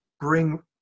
bring